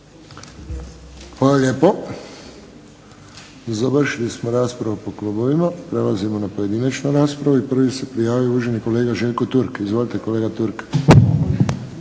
Hvala lijepo. Završili smo raspravu po klubovima, prelazimo na pojedinačnu raspravu. Prvi se za prijavio uvaženi kolega Željko Turk. Izvolite kolega Turk.